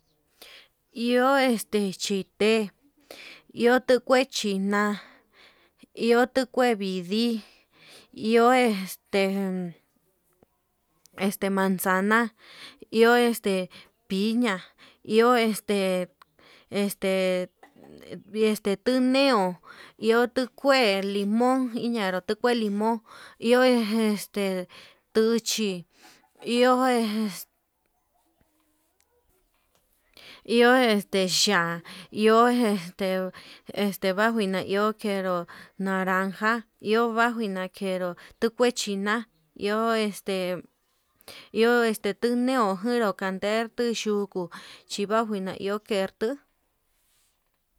Iho este chite, iho tukue china iho tu kue vidii iho este manzana iho este piña iho este, este vii este tuñeo iho tuu kue limón iñanru tuu kue limón iho este tuchi iho, iho este xha'a iho este njuajina iho kenro naranja iho guajuu nakenru nduu kue china iho este este tuneo njuru kaner techuu nduku chi huajina iho kertuu.